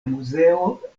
muzeo